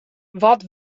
wat